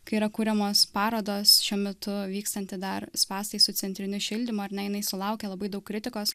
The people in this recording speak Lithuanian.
kai yra kuriamos parodos šiuo metu vykstanti dar spąstai su centriniu šildymu ar ne jinai sulaukė labai daug kritikos